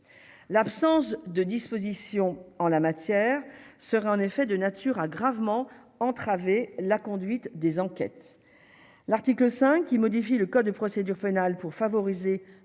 L'absence de dispositions en la matière sera en effet de nature a gravement entravé la conduite des enquêtes, l'article 5 qui modifie le code de procédure pénale pour favoriser